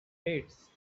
weights